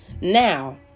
Now